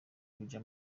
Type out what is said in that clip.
abuja